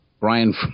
Brian